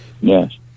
Yes